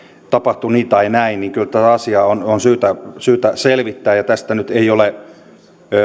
tapahtui niin tai näin niin kyllä tätä asiaa on on syytä syytä selvittää tästä nyt ei ole